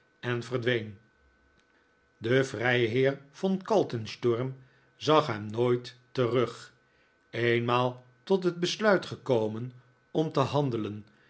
en verdween de vrijheer von kaltensturm zag hem nooit terug eenmaal tot het besluit gekomen om te handelen